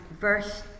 verse